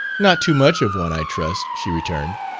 not too much of one, i trust, she returned.